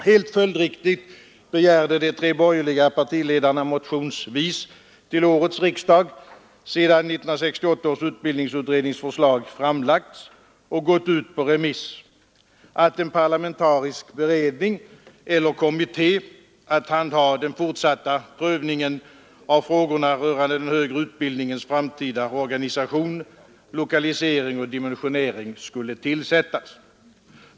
Helt följdriktigt begärde de tre borgerliga partiledarna motionsvis till årets riksdag, sedan 1968 års utbildningsutrednings förslag framlagts och gått ut på remiss, att en parlamentarisk beredning eller kommitté att handha den fortsatta prövningen av frågorna rörande den högre utbildningens framtida organisation, lokalisering och dimensionering, skulle tillsättas.